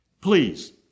Please